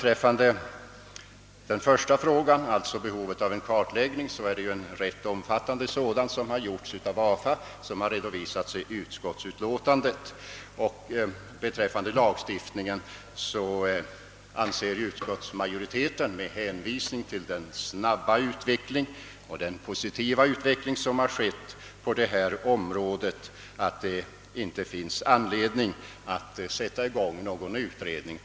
När det gäller frågan om behovet av en kartläggning har en rätt omfattande sådan gjorts av AFA, vilken redovisats i utskottsutlåtandet. Beträffande frågan om lagstiftning anser utskottsmajorite ten, med hänvisning till den snabba och positiva utveckling som har ägt rum på detta område, att det inte finns någon anledning att sätta i gång en utredning.